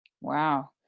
Wow